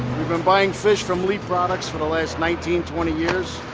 we've been buying fish from lee products for the last nineteen, twenty years.